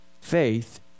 Faith